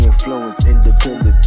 Independent